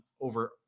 over